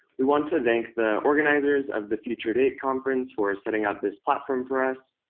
we want to thank the organizers of the future date conference for setting up this platform for us.